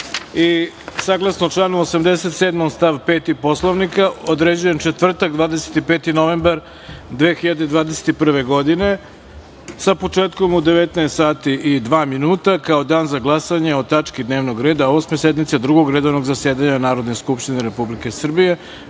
članu 87. stav 5. Poslovnika, određujem četvrtak, 25. novembar 2021. godine, sa početkom u 19 sati i dva minuta, kao dan za glasanje o tački dnevnog reda Osme sednice Drugog redovnog zasedanja Narodne skupštine Republike Srbije